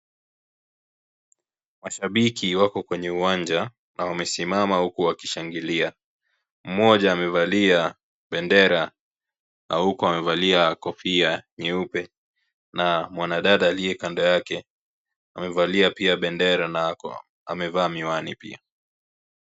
Washabiki wako kwenye uwanja na wamesimama huku wakishangilia. Mmoja amevalia bendera na huku amevalia kofia nyeupe, na mwanadada aliye kando yake, amevalia pia bendera na ako amevaa miwani pia.